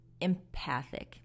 empathic